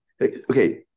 Okay